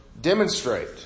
demonstrate